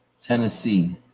Tennessee